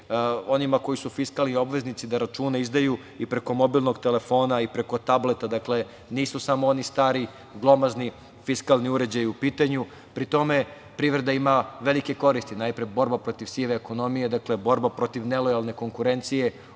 onima koji su fiskalni obveznici da račune izdaju i preko mobilnog telefona i preko tableta. Dakle, nisu samo oni stari glomazni fiskalni uređaji u pitanju. Pri tome, privreda ima velike koristi. Naime, borba protiv sive ekonomije, borba protiv nelojalne konkurencije,